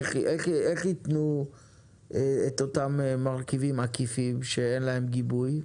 איך ייתנו את אותם מרכיבים עקיפים שאין להם גיבוי?